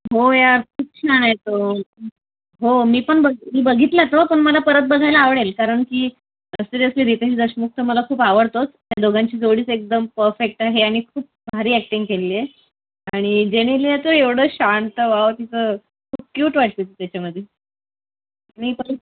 हो यार खूप छान आहे तो हो मी पण बघितलं बघितला तो पण मला परत बघायला आवडेल कारण की सिरिअसली रितेश देशमुखचा मला खूप आवडतो त्या दोघांची जोडीच एकदम पफेक्ट आहे आणि खूप भारी ऍक्टिंग केलेली आहे आणि जेनेलिया तर एवढं शांत वाव तिचं खूप क्युट वाटते ती त्याच्यामध्ये मी पण